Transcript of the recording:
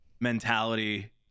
mentality